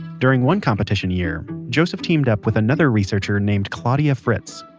during one competition year, joseph teamed up with another researcher named claudia fritz.